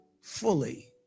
fully